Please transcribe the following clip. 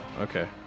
Okay